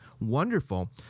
wonderful